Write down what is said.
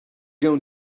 going